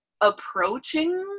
approaching